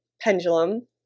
pendulum